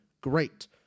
Great